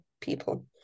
people